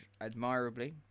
admirably